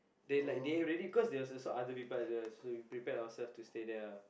they like they have already cause there was also other people as well so we prepared ourself to stay there lah